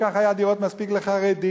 וכך היו מספיק דירות לחרדים,